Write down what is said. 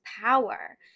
power